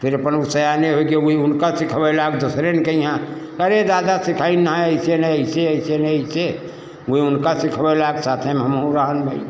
फिर अपन ऊ सयाने होइ गए वई उनका सिखवै लाग दूसरे कै हियाँ अरे दादा सिखाइन नाए ऐसे नहीं ऐसे ऐसे नहीं ऐसे वही उनका सिखवे लाग साथे में हमहूँ रहन वई